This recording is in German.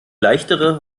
leichtere